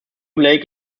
lake